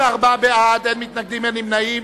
54 בעד, אין מתנגדים, אין נמנעים.